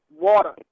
water